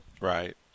Right